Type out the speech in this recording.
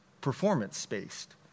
performance-based